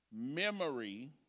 Memory